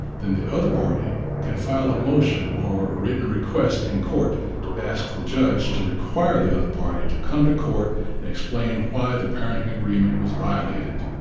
then the other party can file a motion, or a written request in court, to ask the judge to require the other party to come to court and explain why the parenting agreement was violated.